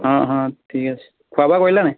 অঁ অঁ ঠিক আছে খোৱা বোৱা কৰিলানে নাই